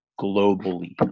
globally